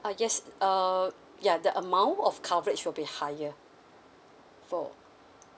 uh yes uh ya the amount of coverage will be higher for